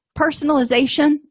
Personalization